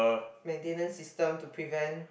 maintenance system to prevent